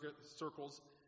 circles